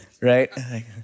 right